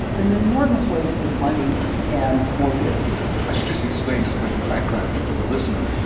an enormous waste of money and morbidity. i should just explain just a bit of background for the listener,